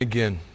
Again